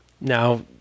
Now